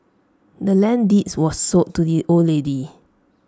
the land's deeds was sold to the old lady